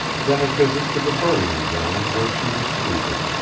than a visit to the burying-ground where she was sleeping.